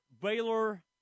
Baylor